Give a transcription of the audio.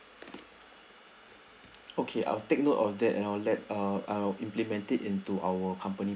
okay I'll take note of that and I'll let uh I'll implemented into our company